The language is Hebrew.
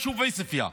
היישוב עוספיא,